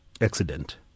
accident